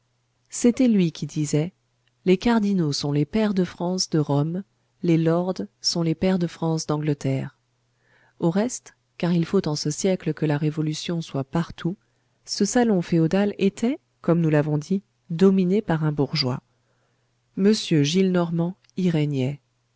c'était lui qui disait les cardinaux sont les pairs de france de rome les lords sont les pairs de france d'angleterre au reste car il faut en ce siècle que la révolution soit partout ce salon féodal était comme nous l'avons dit dominé par un bourgeois